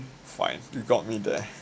fine you've got me there